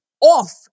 off